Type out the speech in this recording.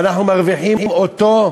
ואנחנו מרוויחים אותו,